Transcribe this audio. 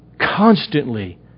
Constantly